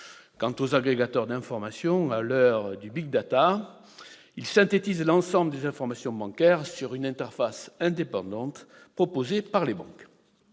Quant aux agrégateurs d'information, à l'heure du, ils synthétisent l'ensemble des informations bancaires sur une interface indépendante des interfaces proposées par les banques.